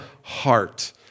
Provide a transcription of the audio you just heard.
heart